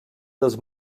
dels